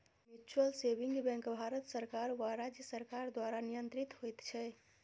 mutual saving bank Bharat सरकार वा राज्य सरकार द्वारा नियंत्रित होइत छै